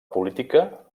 política